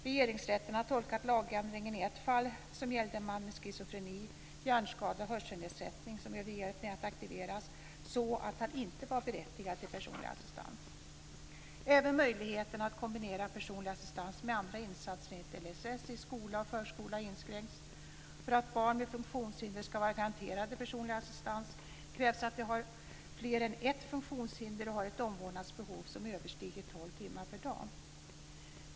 Regeringsrätten har tolkat lagändringen i ett fall som gällde en man med schizofreni, hjärnskada och hörselnedsättning, som behövde hjälp med att aktiveras, så att han inte var berättigad till personlig assistans. Även möjligheten att kombinera personlig assistans med andra insatser enligt LSS i skola och förskola har inskränkts. För att barn med funktionshinder ska vara garanterade personlig assistans krävs att de har fler än ett funktionshinder och har ett omvårdnadsbehov som överstiger tolv timmar per dag.